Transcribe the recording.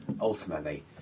ultimately